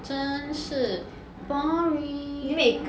真是 boring